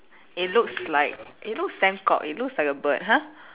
it looks like it looks damn cock it looks like a bird !huh!